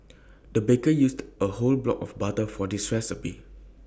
the baker used A whole block of butter for this recipe